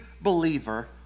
believer